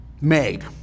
made